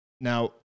Now